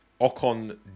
Ocon